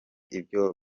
ibyo